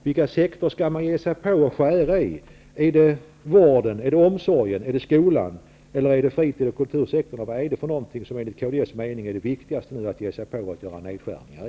Vilka sektorer skall man skära i? Är det vården, omsorgen, skolan, fritids och kultursektorn, eller vad är det som enligt kds mening är det viktigaste att ge sig på och göra nedskärningar i?